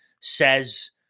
says